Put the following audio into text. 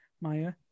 Maya